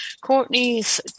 Courtney's